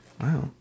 Wow